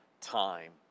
time